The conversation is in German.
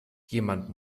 jemand